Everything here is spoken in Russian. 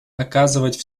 оказывать